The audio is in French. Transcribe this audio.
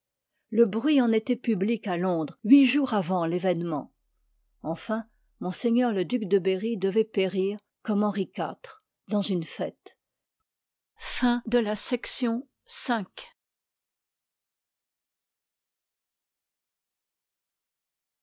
le bruit en étoit public à londres huit jours avant l'événement enfin m le duc de berry devoit périr comme henri iv dans une fête